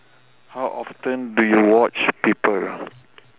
how often do you watch people